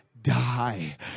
die